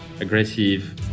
aggressive